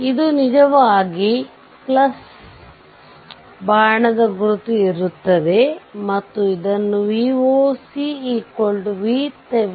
ಇದು ನಿಜವಾಗಿ ಇದು ಬಾಣ ಗುರುತು ಇರುತ್ತದೆ ಮತ್ತು ಇದನ್ನು Voc VThevenin